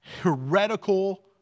heretical